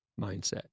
mindset